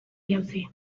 jauzi